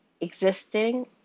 existing